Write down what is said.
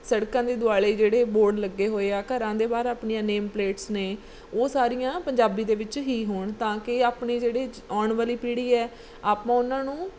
ਸੜਕਾਂ ਦੇ ਦੁਆਲੇ ਜਿਹੜੇ ਬੋਰਡ ਲੱਗੇ ਹੋਏ ਆ ਘਰਾਂ ਦੇ ਬਾਹਰ ਆਪਣੀਆਂ ਨੇਮ ਪਲੇਟਸ ਨੇ ਉਹ ਸਾਰੀਆਂ ਪੰਜਾਬੀ ਦੇ ਵਿੱਚ ਹੀ ਹੋਣ ਤਾਂ ਕਿ ਆਪਣੇ ਜਿਹੜੇ ਜ ਆਉਣ ਵਾਲੀ ਪੀੜ੍ਹੀ ਹੈ ਆਪਾਂ ਉਹਨਾਂ ਨੂੰ